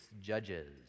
judges